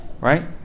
right